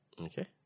Okay